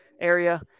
area